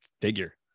figure